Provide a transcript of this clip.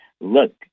Look